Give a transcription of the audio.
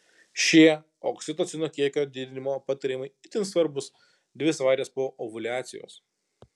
šie oksitocino kiekio didinimo patarimai itin svarbūs dvi savaites po ovuliacijos